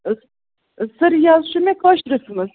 سَر یہِ حَظ چھُ مےٚ کٲشرس منٛز